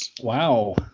Wow